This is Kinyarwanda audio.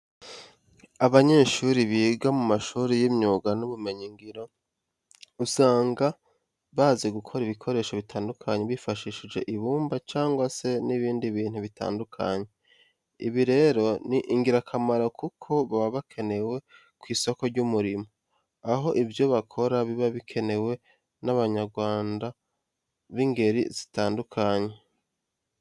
Abanyeshuri biga mu mashuri y'imyuga n'ubumenyingiro usanga bazi gukora ibikoresho bitandukanye bifashishije ibumba cyangwa se n'ibindi bintu bitandukanye. Ibi rero ni ingirakamaro kuko baba bakenewe ku isoko ry'umurimo, aho ibyo bakora biba bikenewe n'Abanyarwanda b'ingeri zitandukanye.